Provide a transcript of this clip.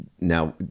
now